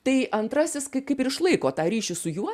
tai antrasis kaip ir išlaiko tą ryšį su juo